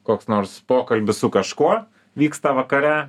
koks nors pokalbis su kažkuo vyksta vakare